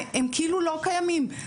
הם כאילו לא קיימים,